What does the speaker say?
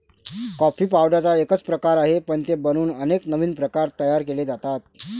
coffee पावडरचा एकच प्रकार आहे, पण ते बनवून अनेक नवीन प्रकार तयार केले जातात